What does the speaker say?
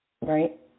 right